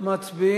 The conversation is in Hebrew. ההצעה להעביר